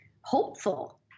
hopeful